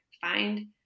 find